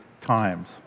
times